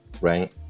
right